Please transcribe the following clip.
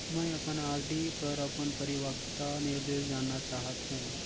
मैं अपन आर.डी पर अपन परिपक्वता निर्देश जानना चाहत हों